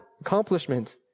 accomplishment